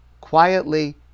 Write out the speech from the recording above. quietly